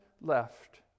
left